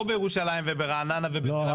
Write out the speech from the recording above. בירושלים ולא ברעננה או תל אביב --- גם